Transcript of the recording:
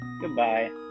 Goodbye